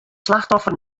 slachtoffer